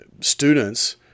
students